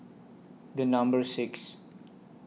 The Number six